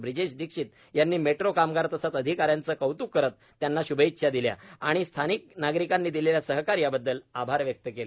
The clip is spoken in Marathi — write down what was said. ब्रिजेश दीक्षित यांनी मेट्रो कामगार तसेच अधिकाऱ्यांचे कौत्क करीत त्यांना श्भेच्छा दिल्या आणि स्थानिक नागरिकांनी दिलेल्या सहकार्याबद्दल आभार व्यक्त केले